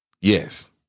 Yes